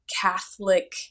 Catholic